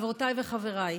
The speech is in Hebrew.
חברותיי וחבריי,